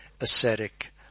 ascetic